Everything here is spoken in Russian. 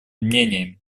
мнениями